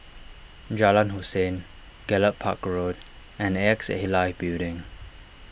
Jalan Hussein Gallop Park Road and A X A Life Building